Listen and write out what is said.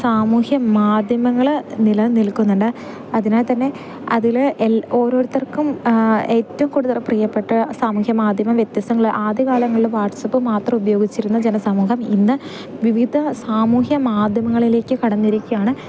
സാമൂഹ്യ മാധ്യമങ്ങൾ നില നിൽക്കുന്നുണ്ട് അതിനാൽ തന്നെ അതിൽ ഓരോരുത്തർക്കും ഏറ്റവും കൂടുതൽ പ്രിയപ്പെട്ട സാമൂഹ്യ മാധ്യമം വ്യത്യാസങ്ങൽ ആദ്യ കാലങ്ങളിൽ വാട്സ്ആപ്പ് മാത്രം ഉപയോഗിച്ചിരുന്ന ജനസമൂഹം ഇന്ന് വിവിധ സാമൂഹ്യ മാധ്യമങ്ങളിലേക്ക് കടന്നിരിക്കുകയാണ്